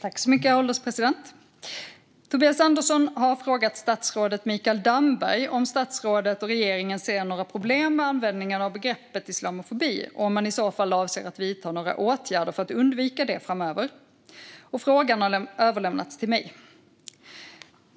Herr ålderspresident! Tobias Andersson har frågat statsrådet Mikael Damberg om statsrådet och regeringen ser några problem med användningen av begreppet islamofobi och om man i så fall avser att vidta några åtgärder för att undvika det framöver. Frågan har överlämnats till mig.